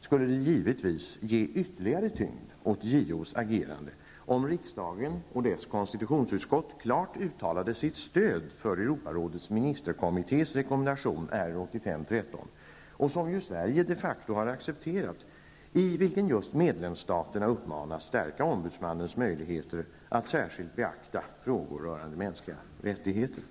skulle det givetvis ge ytterligare tyngd åt JOs agerande, om riksdagen och dess konstitutionsutskott klart uttalade sitt stöd för Europarådets ministerkommittés rekommendation R 13 -- som ju Sverige de facto har accepterat -- i vilken just medlemsstaterna uppmanas stärka ombudsmannens möjligheter att särskilt beakta frågor rörande mänskliga rättigheter.